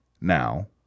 Now